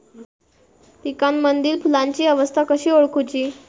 पिकांमदिल फुलांची अवस्था कशी ओळखुची?